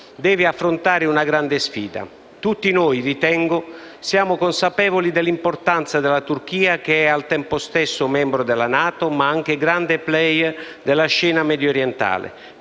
deve affrontare una grande sfida. Ritengo che tutti noi siamo consapevoli dell'importanza della Turchia, che é al tempo stesso membro della NATO, ma anche grande *player* della scena mediorientale;